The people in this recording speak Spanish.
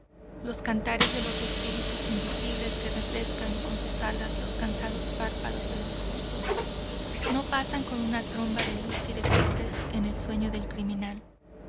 los cantares de los espíritus invisibles que refrescan con sus alas los cansados párpados de los justos no pasan con una tromba de luz y de colores en el sueño del criminal